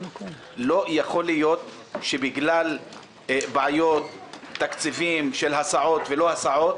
לא יכול להיות שבגלל בעיית תקציבים של הסעות ולא הסעות,